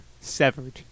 severed